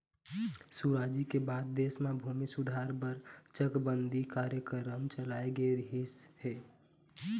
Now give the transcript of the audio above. सुराजी के बाद देश म भूमि सुधार बर चकबंदी कार्यकरम चलाए गे रहिस हे